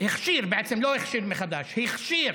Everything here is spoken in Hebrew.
הכשיר בעצם, לא הכשיר מחדש, הכשיר